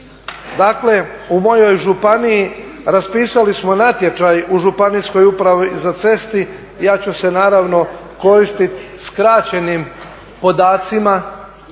Dakle u mojoj županiji raspisali smo natječaj u županijskoj upravi za ceste. Ja ću se naravno koristit skraćenim podacima.